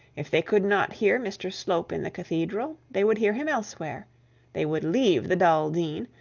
if they could not hear mr slope in the cathedral, they would hear him elsewhere they would leave the dull dean,